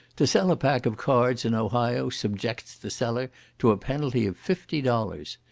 to sell a pack of cards in ohio subjects the seller to a penalty of fifty dollars.